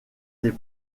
des